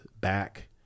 back